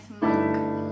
Monk